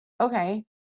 okay